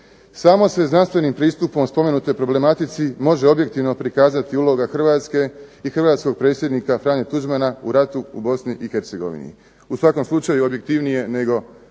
samo se znanstvenim pristupom spomenutoj problematici može objektivno prikazati uloga Hrvatske i Hrvatskog predsjednika Franje Tuđmana o ratu u Bosni i Hercegovini, u svakom slučaju objektivnije nego do sada.